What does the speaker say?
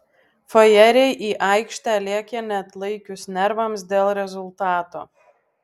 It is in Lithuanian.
fajeriai į aikštę lėkė neatlaikius nervams dėl rezultato